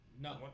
No